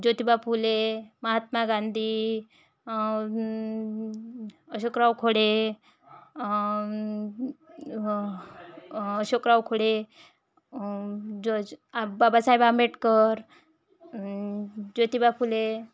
ज्योतिबा फुले महात्मा गांधी अशोकराव खोडे अशोकराव खोडे जो बाबासाहेब आंबेडकर ज्योतिबा फुले